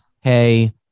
hey